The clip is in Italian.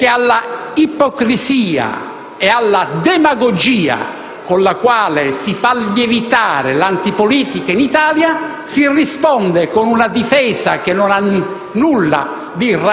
Perché alla ipocrisia e alla demagogia con la quale si fa lievitare l'antipolitica in Italia si risponde con una difesa che nulla